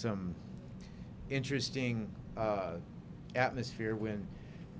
some interesting atmosphere when